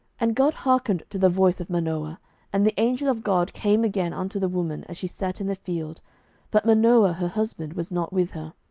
and god hearkened to the voice of manoah and the angel of god came again unto the woman as she sat in the field but manoah her husband was not with her.